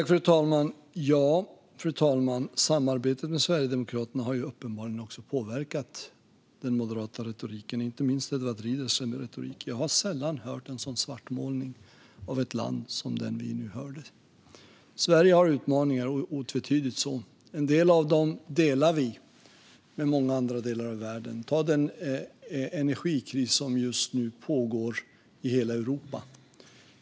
Fru talman! Samarbetet med Sverigedemokraterna har uppenbarligen också påverkat den moderata retoriken, inte minst Edward Riedls retorik. Jag har sällan hört en sådan svartmålning av ett land som den vi nu hörde. Sverige har otvetydigt utmaningar. En del av dem delar vi med många andra delar av världen, till exempel den energikris som just nu pågår i hela Europa.